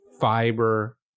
fiber